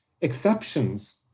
exceptions